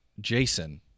Jason